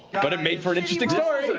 but it made for an interesting story!